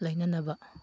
ꯂꯩꯅꯅꯕ